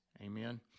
Amen